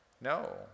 No